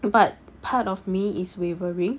but part of me is wavering